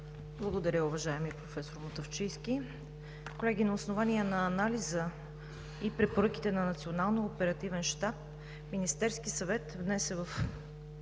Благодаря, уважаеми професор Мутафчийски. Колеги, на основание на анализа и препоръките на Националния оперативен щаб Министерският съвет внесе в